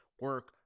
Work